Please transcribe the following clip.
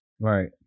Right